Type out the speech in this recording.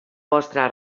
vostre